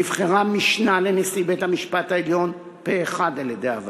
נבחרה משנה לנשיא בית-המשפט העליון פה-אחד על-ידי הוועדה,